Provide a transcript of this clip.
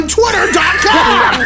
Twitter.com